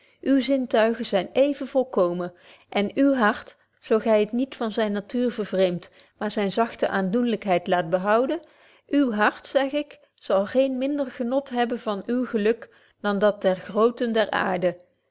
uwe zintuigen zyn even volkomen en uw hart zo gy het niet van zyn natuur vervreemt maar zyne zachte aandoenlykheid laat behouden uw hart zeg ik zal geen minder genot hebben van uw geluk dan dat der grooten der aarde